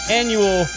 annual